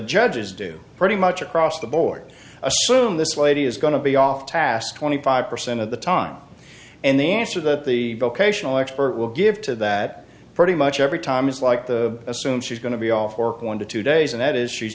judges do pretty much across the board assume this lady is going to be off task twenty five percent of the time and the answer that the vocational expert will give to that pretty much every time is like the assume she's going to be all for one to two days and that is she's